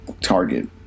target